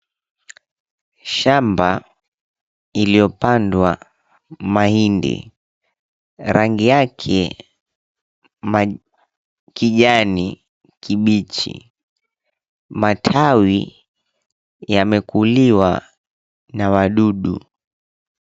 Shamba iliyopandwa mahindi. Rangi yake kijani kibichi. Matawi yamekuliwa na wadudu.